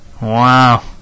Wow